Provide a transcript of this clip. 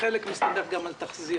חלק מסתמך גם על תחזיות,